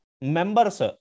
members